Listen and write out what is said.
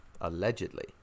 allegedly